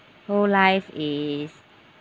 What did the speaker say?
whole life is